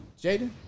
Jaden